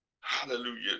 Hallelujah